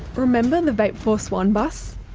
remember the vape force one bus?